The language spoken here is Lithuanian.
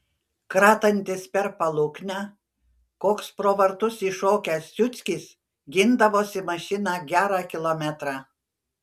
kratantis per paluknę koks pro vartus iššokęs ciuckis gindavosi mašiną gerą kilometrą